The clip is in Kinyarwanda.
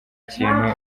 kintu